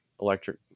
electric